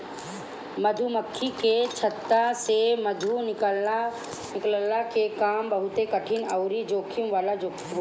मधुमक्खी के छत्ता से मधु निकलला के काम बहुते कठिन अउरी जोखिम वाला होखेला